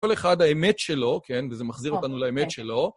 כל אחד האמת שלו, כן, וזה מחזיר אותנו לאמת שלו.